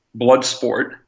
Bloodsport